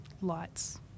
lights